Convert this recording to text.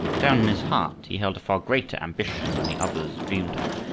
down in his heart he held a far greater ambition than the others dreamed of.